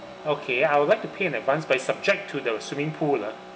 okay I would like to pay in advance but it's subject to the swimming pool ah